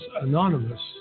anonymous